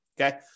okay